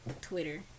Twitter